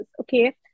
okay